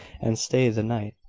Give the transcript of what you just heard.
and stay the night.